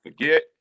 forget